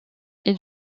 est